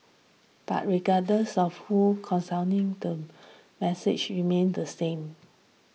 but regardless of who counselling the message remains the same